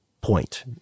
point